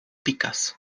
pikas